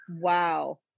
Wow